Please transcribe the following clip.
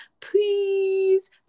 please